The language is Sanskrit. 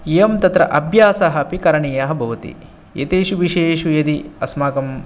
इयं तत्र अभ्यासः अपि करणीयः भवति एतेषु विषयेषु यदि अस्माकम्